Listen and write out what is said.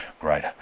Great